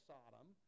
Sodom